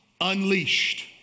Unleashed